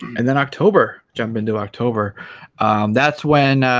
and then october jump into october that's when